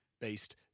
based